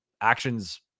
actions